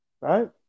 right